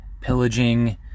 pillaging